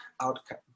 outcome